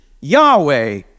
Yahweh